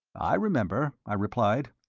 i remember, i replied.